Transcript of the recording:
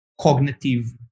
cognitive